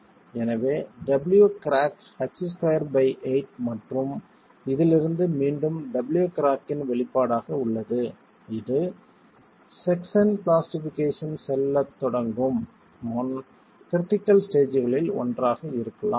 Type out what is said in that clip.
எனவே wcrack h28 மற்றும் இதிலிருந்து மீண்டும் wcrack இன் வெளிப்பாடாக உள்ளது இது செக்சன் பிளாஸ்டிஃபிகேஷன் செல்லத் தொடங்கும் முன் கிரிட்டிகள் ஸ்டேஜ்களில் ஒன்றாக இருக்கலாம்